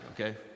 Okay